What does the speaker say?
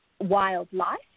wildlife